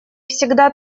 всегда